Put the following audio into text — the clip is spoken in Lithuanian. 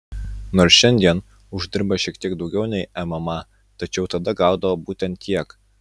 nors šiandien uždirba šiek tiek daugiau nei mma tačiau tada gaudavo būtent tiek